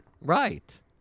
right